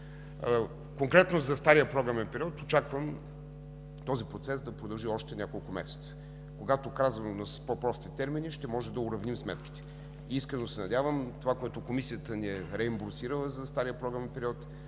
Конкретно за стария програмен период очаквам този процес да продължи още няколко месеца, когато, казано с по-прости термини, ще можем да уредим сметката. Искрено се надявам това, което Комисията ни е реимбурсирала за стария програмен период,